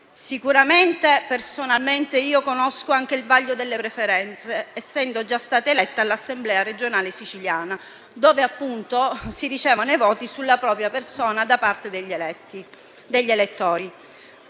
sconfitta. Personalmente conosco anche il vaglio delle preferenze, essendo già stata eletta all'Assemblea regionale siciliana, dove si ricevono i voti sulla propria persona da parte degli elettori,